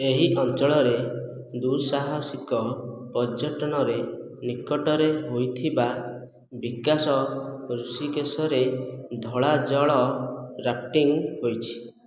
ଏହି ଅଞ୍ଚଳରେ ଦୁଃସାହସିକ ପର୍ଯ୍ୟଟନରେ ନିକଟରେ ହୋଇଥିବା ବିକାଶ ଋଷିକେଶରେ ଧଳା ଜଳ ରାଫ୍ଟିଙ୍ଗ୍ ହୋଇଛି